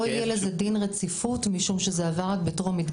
לא יהיה לזה דין רציפות משום זה עבר רק בטרומית,